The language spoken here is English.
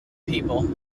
people